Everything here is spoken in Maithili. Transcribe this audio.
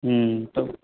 हुँ तब